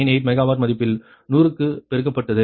89 megawatt மதிப்பில் 100 க்கு பெருக்கப்பட்டது